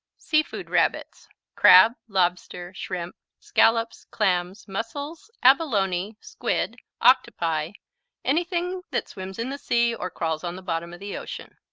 sea-food rabbits crab, lobster, shrimp, scallops, clams, mussels, abalone, squid, octopi anything that swims in the sea or crawls on the bottom of the ocean